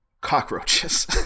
cockroaches